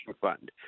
fund